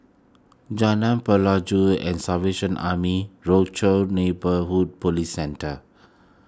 Jalan Pelajau the Salvation Army Rochor Neighborhood Police Centre